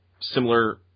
similar –